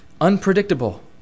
Unpredictable